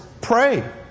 pray